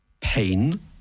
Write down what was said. pain